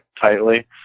tightly